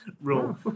Rule